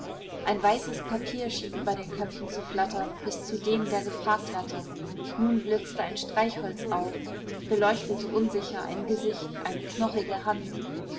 ein weißes papier schien über den köpfen zu flattern bis zu dem der gefragt hatte nun blitzte ein streichholz auf beleuchtete unsicher ein gesicht eine knochige hand